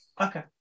Okay